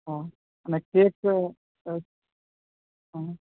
હં અને કેક હં